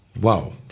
Wow